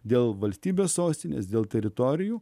dėl valstybės sostinės dėl teritorijų